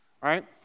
Right